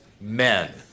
men